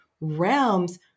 realms